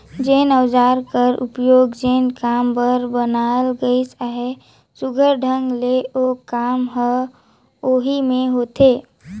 जेन अउजार कर उपियोग जेन काम बर बनाल गइस अहे, सुग्घर ढंग ले ओ काम हर ओही मे होथे